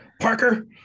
parker